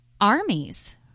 armies